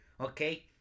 Okay